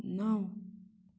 نَو